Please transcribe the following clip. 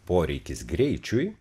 poreikis greičiui